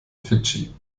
fidschi